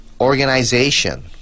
organization